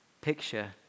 picture